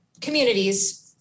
communities